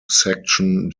section